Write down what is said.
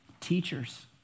teachers